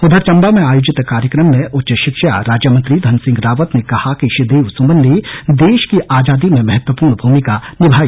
उधर चंबा में आयोजित कार्यक्रम में उच्च शिक्षा राज्यमंत्री धनसिंह रावत ने कहा कि श्रीदेव सुमन ने देश की आजादी में महत्वपूर्ण भूमिका निभाई